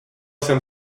jsem